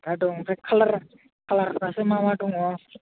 दा दं ओमफ्राय खालारा खालारफ्रासो मा मा दङ